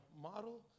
Model